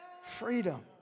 Freedom